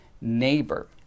neighbor